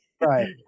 right